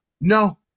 no